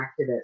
activists